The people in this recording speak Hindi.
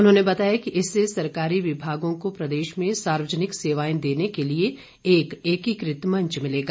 उन्होंने बताया कि इससे सरकारी विभागों को प्रदेश में सार्वजनिक सेवाएं देने के लिए एक एकीकृत मंच मिलेगा